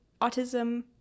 autism